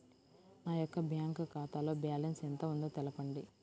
నా యొక్క బ్యాంక్ ఖాతాలో బ్యాలెన్స్ ఎంత ఉందో తెలపండి?